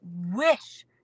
wish